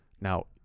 Now